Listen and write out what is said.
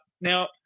now